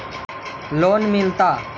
Loan मिलता?